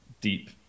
deep